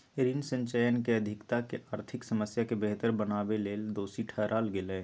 ऋण संचयन के अधिकता के आर्थिक समस्या के बेहतर बनावेले दोषी ठहराल गेलय